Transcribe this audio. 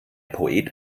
poet